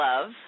love